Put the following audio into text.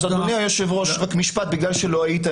אדוני היושב ראש, רק משפט כי לא היית.